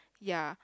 ya